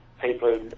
people